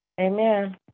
Amen